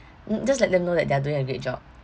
mm just let them know that they're doing a great job